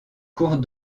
cours